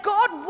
God